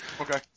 Okay